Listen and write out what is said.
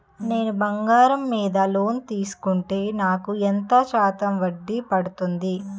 నేను బంగారం మీద లోన్ తీసుకుంటే నాకు ఎంత శాతం వడ్డీ పడుతుంది?